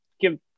give